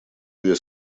две